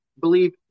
believe